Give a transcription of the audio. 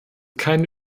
keine